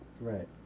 Right